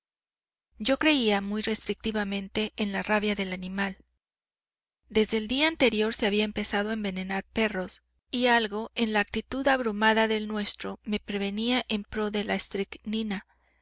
yo creía muy restrictivamente en la rabia del animal desde el día anterior se había empezado a envenenar perros y algo en la actitud abrumada del nuestro me prevenía en pro de la